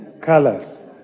colors